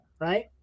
right